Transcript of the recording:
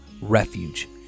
refuge